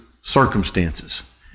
circumstances